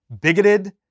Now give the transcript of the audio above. bigoted